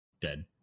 dead